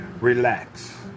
relax